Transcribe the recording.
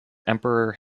emperor